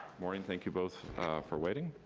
morning, thank you both for waiting.